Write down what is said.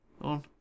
on